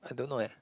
I don't know eh